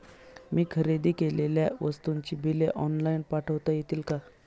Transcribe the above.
मी खरेदी केलेल्या वस्तूंची बिले ऑनलाइन पाठवता येतील का?